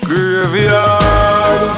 Graveyard